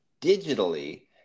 digitally